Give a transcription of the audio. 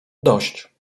dość